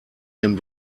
dem